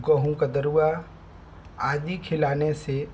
गेहूँ का दरुआ आदि खिलाने से